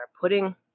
putting